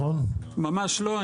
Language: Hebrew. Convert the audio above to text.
ממש לא,